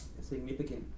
significant